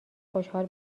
خوشحال